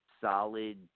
solid